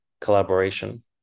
collaboration